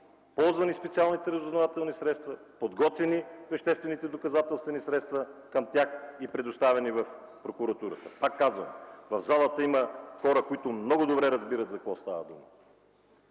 ползвани специалните разузнавателни средства, подготвени веществените доказателствени средства към тях и предоставени в прокуратурата. Пак казвам, в залата има хора, които много добре разбират за какво става дума.